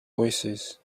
voicesand